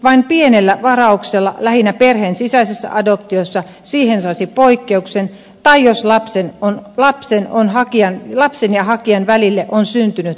vain pienellä varauksella lähinnä perheen sisäisessä adoptiossa siihen saisi poikkeuksen tai jos lapsen ja hakijan välille on syntynyt vakiintunut suhde